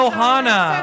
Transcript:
Ohana